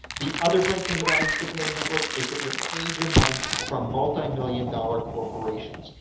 the other great thing about instant payday network is that you're paid your money from multi-million dollar corporations.